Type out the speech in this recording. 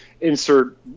insert